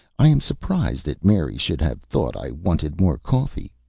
i am surprised that mary should have thought i wanted more coffee,